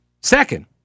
Second